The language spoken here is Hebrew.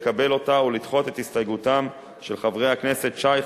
לקבל אותה ולדחות את הסתייגותם של חברי הכנסת שי,